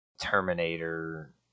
Terminator